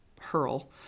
hurl